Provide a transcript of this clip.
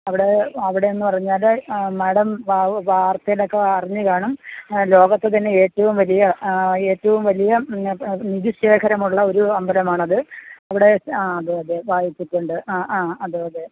അവിടേ അവിടെയെന്നു പറഞ്ഞാൽ മേടം വാർത്തയിലൊക്കെ അറിഞ്ഞു കാണും ലോകത്ത് തന്നെ ഏറ്റവും വലിയ ഏറ്റവും വലിയ നിധി ശേഖരമുള്ള ഒരു അമ്പലമാണത് അവിടെ ആ അതേയതേ വായിച്ചിട്ടുണ്ട് ആ ആ അതെ അതെ